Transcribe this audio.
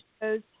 shows